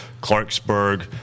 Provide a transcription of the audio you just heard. Clarksburg